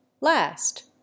Last